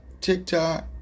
TikTok